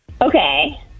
Okay